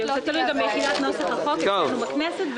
זה תלוי גם ביחידת נוסח החוק אצלנו בכנסת,